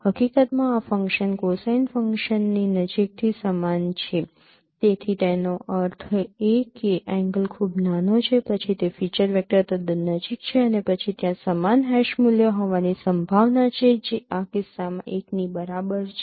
હકીકતમાં આ function cosine ફંક્શન્સની નજીકથી સમાન છે તેથી તેનો અર્થ એ કે એંગલ ખૂબ નાનો છે પછી તે ફીચર વેક્ટર તદ્દન નજીક છે અને પછી ત્યાં સમાન હેશ મૂલ્ય હોવાની સંભાવના છે જે આ કિસ્સામાં 1 ની બરાબર છે